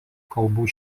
kalbų